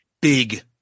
big